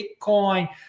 bitcoin